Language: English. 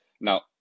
Now